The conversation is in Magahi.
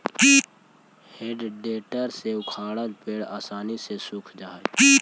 हेइ टेडर से उखाड़ल पेड़ आसानी से सूख जा हई